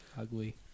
ugly